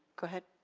go ahead.